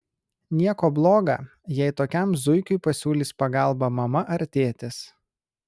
nieko bloga jei tokiam zuikiui pasiūlys pagalbą mama ar tėtis